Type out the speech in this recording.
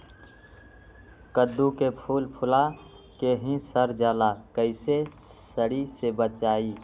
कददु के फूल फुला के ही सर जाला कइसे सरी से बचाई?